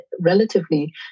relatively